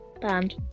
band